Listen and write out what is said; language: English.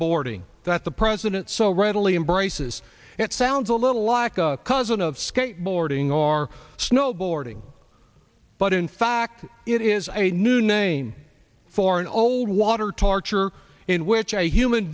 waterboarding that the president so readily embraces it sounds a little aka cousin of skateboarding or snowboarding but in fact it is a new name for an old water torture in which a human